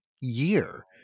Year